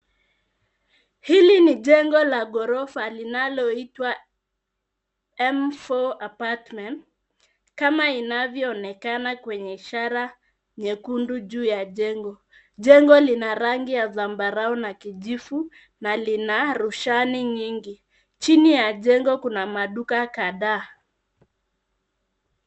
Hili ni jengo la ghorofa linaloitwa M4 Apartment, kama inavyoonekana kwenye ishara nyekundu juu ya jengo. Jengo lina rangi ya zambarau na kijivu na lina rushani nyingi. Chini ya jengo kuna maduka kadhaa.